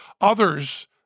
Others